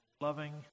loving